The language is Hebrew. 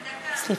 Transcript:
סליחה.